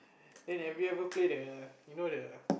then have you ever play the you know the